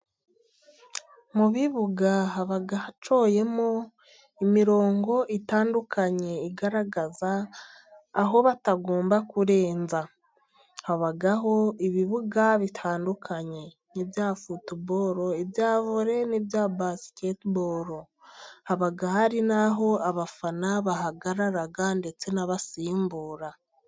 Mu bibuga haba haciyemo imirongo itandukanye igaragaza aho batagomba kurenza. Habaho ibibuga bitandukanye ibya futu boro, ibya vore n'ibya basikete boro. Haba hari naho abafana bahagarara ndetse n'abasimbura.